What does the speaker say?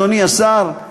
אדוני השר,